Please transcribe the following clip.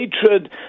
hatred